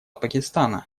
пакистана